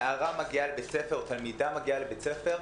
נערה או תלמידה מגיעה לבית ספר,